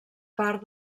part